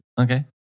Okay